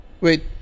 wait